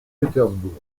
pétersbourg